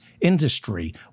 industry